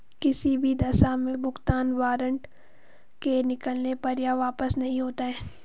किसी भी दशा में भुगतान वारन्ट के निकलने पर यह वापस नहीं होता है